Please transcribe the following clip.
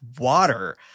water